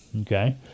Okay